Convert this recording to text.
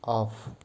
off